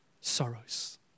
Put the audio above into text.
sorrows